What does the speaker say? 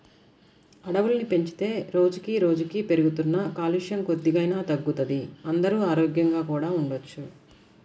అడవుల్ని పెంచితే రోజుకి రోజుకీ పెరుగుతున్న కాలుష్యం కొద్దిగైనా తగ్గుతది, అందరూ ఆరోగ్యంగా కూడా ఉండొచ్చు